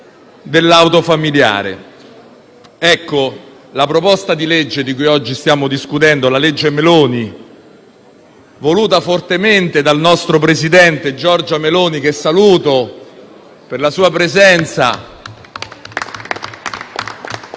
dell'auto familiare. Ecco, la proposta di legge di cui oggi stiamo discutendo è la legge Meloni, voluta fortemente dal nostro presidente Giorgia Meloni, che saluto per la sua presenza.